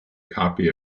copy